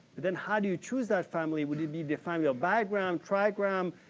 then how do you choose that family? would it be the family of diagram, trigram,